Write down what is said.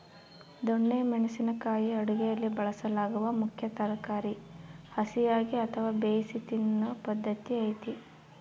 ದೊಣ್ಣೆ ಮೆಣಸಿನ ಕಾಯಿ ಅಡುಗೆಯಲ್ಲಿ ಬಳಸಲಾಗುವ ಮುಖ್ಯ ತರಕಾರಿ ಹಸಿಯಾಗಿ ಅಥವಾ ಬೇಯಿಸಿ ತಿನ್ನೂ ಪದ್ಧತಿ ಐತೆ